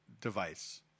device